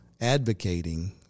advocating